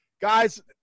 guys